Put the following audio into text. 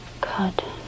cut